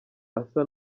asa